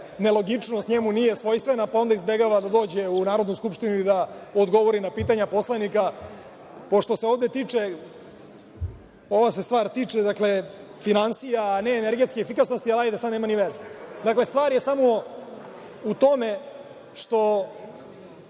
nelogičnost njemu nije svojstvena, pa onda izbegava da dođe u Narodnu skupštinu i da odgovori na pitanja poslanika. Ova stvar se tiče finansija, a ne energetske efikasnosti, ali hajde, sada nema ni veze, dakle, stvar je u tome što